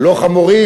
לא חמורים,